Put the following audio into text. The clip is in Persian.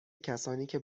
کسانیکه